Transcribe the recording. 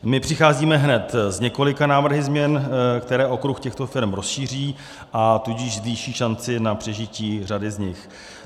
My přicházíme hned s několika návrhy změn, které okruh těchto firem rozšíří, a tudíž zvýší šanci na přežití řady z nich.